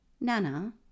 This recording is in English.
Nana